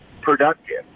productive